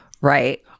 Right